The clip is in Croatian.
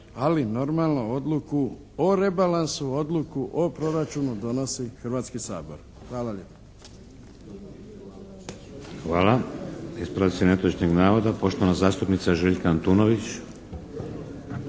ali normalno odluku o rebalansu, odluku o proračunu donosi Hrvatski sabor. Hvala lijepa. **Šeks, Vladimir (HDZ)** Hvala. Ispravci netočnih navoda, poštovana zastupnica Željka Antunović.